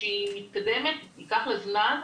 שהיא מתקדמת, ייקח לה זמן,